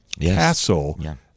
castle